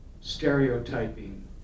stereotyping